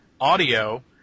audio